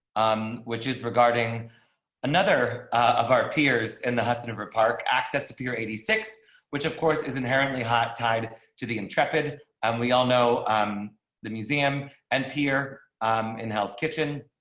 um which is regarding another of our peers in the hudson river park access to pure eighty six which of course is inherently hot tied to the intrepid and we all know um the museum and pier um in hell's kitchen.